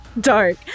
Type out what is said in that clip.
dark